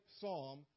psalm